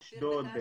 אשדוד,